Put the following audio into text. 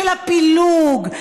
של הפילוג,